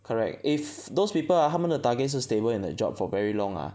correct if those people ah 他们的 target 是 stable in that job for very long ah